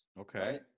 Okay